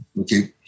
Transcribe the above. okay